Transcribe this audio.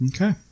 Okay